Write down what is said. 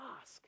ask